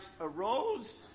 arose